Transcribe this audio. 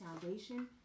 Foundation